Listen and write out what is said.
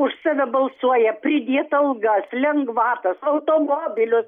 už save balsuoja pridėt algas lengvatas automobilius